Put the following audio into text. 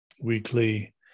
weekly